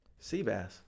Seabass